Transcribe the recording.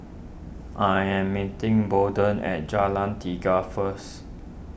I am meeting Bolden at Jalan Tiga first